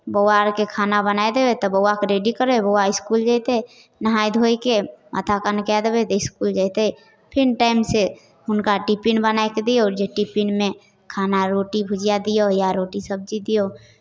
बौआ आरकेँ खाना बनाए देबै तब बौआके रेडी करबै बौआ इसकुल जयतै नहाइ धोइ कऽ नश्ता पानी कए देबै इसकुल जयतै फिन टाइमसँ हुनका टिफिन बनाए कऽ दिऔ जे टिफिनमे खाना रोटी भुजिया दिऔ या रोटी सब्जी दिऔ